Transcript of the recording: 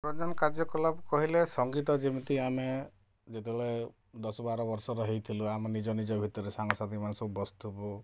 ମନୋରଞ୍ଜନ କାର୍ଯ୍ୟକଳାପ କହିଲେ ସଙ୍ଗୀତ ଯେମିତି ଆମେ ଯେତେବେଳେ ଦଶ ବାର ବର୍ଷର ହେଇଥିଲୁ ଆମ ନିଜ ନିଜ ଭିତରେ ସାଙ୍ଗସାଥି ମାନେ ସବୁ ବସିଥିବୁ